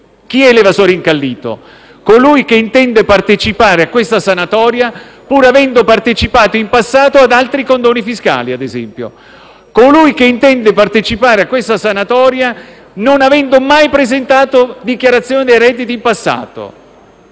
Chi è l'evasore incallito? È colui che intende partecipare a questa sanatoria pur avendo partecipato in passato ad altri condoni fiscali, ad esempio. È colui che intende partecipare a questa sanatoria non avendo mai presentato dichiarazione redditi in passato.